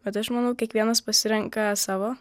bet aš manau kiekvienas pasirenka savo